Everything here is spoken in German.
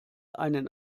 einen